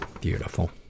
beautiful